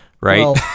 right